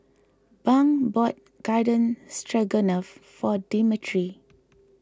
Bunk bought Garden Stroganoff for Dimitri